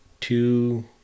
two